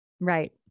Right